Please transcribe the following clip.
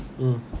mm